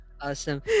Awesome